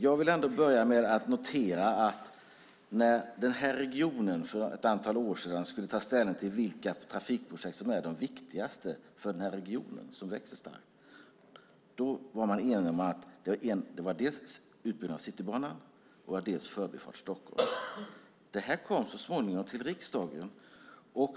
Jag vill börja med att notera att när man för ett antal år sedan skulle ta ställning till vilka trafikprojekt som var de viktigaste för denna starkt växande region var man enig om att det var dels utbyggnaden av Citybanan, dels Förbifart Stockholm. Det kom så småningom till riksdagen.